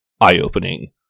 eye-opening